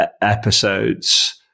episodes